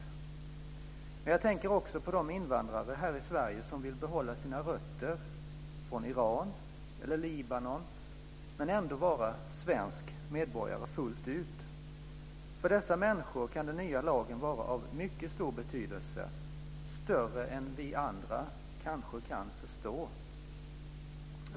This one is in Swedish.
Men jag tänker också på de invandrare här i Sverige som vill behålla sina rötter från Iran eller Libanon men ändå vara svenska medborgare fullt ut. För dessa människor kan den nya lagen vara av mycket stor betydelse - större än vi andra kanske kan förstå.